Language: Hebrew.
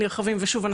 ושוב,